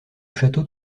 château